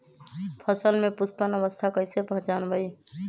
फसल में पुष्पन अवस्था कईसे पहचान बई?